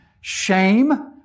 Shame